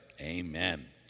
Amen